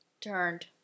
turned